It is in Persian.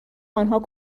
آنها